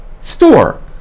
store